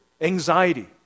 anxiety